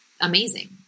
amazing